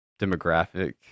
demographic